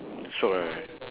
shiok right